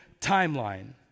timeline